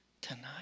tonight